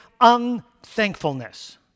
unthankfulness